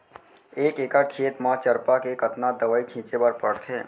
एक एकड़ खेत म चरपा के कतना दवई छिंचे बर पड़थे?